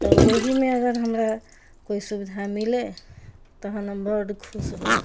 तऽ ओहिमे अगर हमरा कोइ सुविधा मिलै तखन हम बड्ड खुश रहब